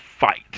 Fight